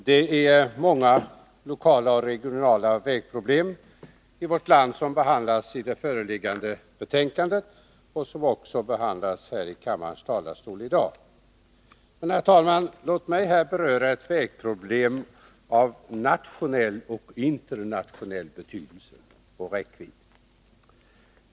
Herr talman! Det är många lokala och regionala vägproblem som behandlas i det föreliggande betänkandet och som tas upp här i kammarens talarstol i dag. Låt mig beröra ett vägproblem av nationell och internationell betydelse och räckvidd.